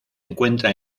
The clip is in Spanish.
encuentra